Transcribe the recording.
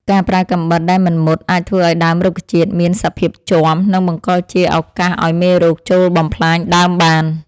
ការប្រើកាំបិតដែលមិនមុតអាចធ្វើឱ្យដើមរុក្ខជាតិមានសភាពជាំ និងបង្កជាឱកាសឱ្យមេរោគចូលបំផ្លាញដើមបាន។